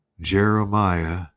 Jeremiah